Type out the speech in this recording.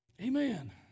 Amen